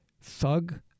thug